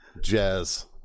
Jazz